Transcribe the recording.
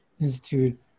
Institute